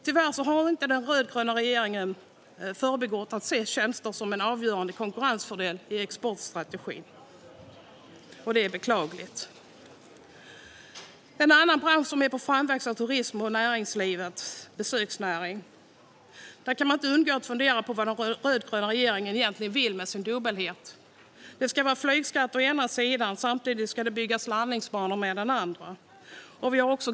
Tyvärr ser inte den rödgröna regeringen tjänster som en avgörande konkurrensfördel i exportstrategin. Det är beklagligt. En annan bransch på framväxt är turism och besöksnäringen. Man kan inte undgå att fundera på vad den rödgröna regeringen egentligen vill med sin dubbelhet. Å ena sidan ska det vara flygskatt. Å andra sidan ska det byggas landningsbanor.